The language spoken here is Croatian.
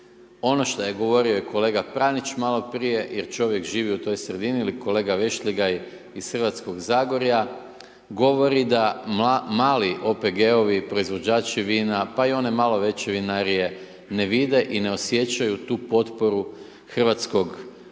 Ono što je govorio i kolega Pranić maloprije, jer čovjek živi u toj sredini ili kolega Vešligaj iz Hrvatskog zagorja, govori da mali OPG-ovi, proizvođači vina, pa i one malo veće vinarije, ne vide i ne osjećaju tu potporu hrvatskog